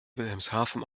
wilhelmshaven